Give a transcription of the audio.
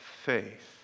faith